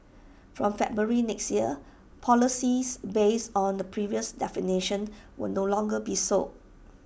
from February next year policies based on the previous definitions will no longer be sold